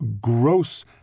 Gross